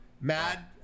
Mad